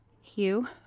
Hugh